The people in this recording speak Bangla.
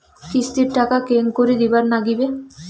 কিস্তির টাকা কেঙ্গকরি দিবার নাগীবে?